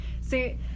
see